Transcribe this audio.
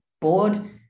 board